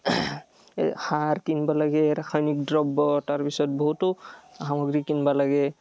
সাৰ কিনব লাগিল ৰাসায়নিক দ্ৰব্য তাৰপিছত বহুতো সামগ্ৰী কিনবা লাগে